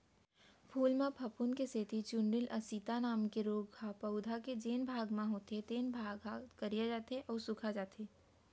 फूल म फफूंद के सेती चूर्निल आसिता नांव के रोग ह पउधा के जेन भाग म होथे तेन ह करिया जाथे अउ सूखाजाथे